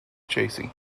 chasing